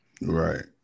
Right